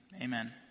Amen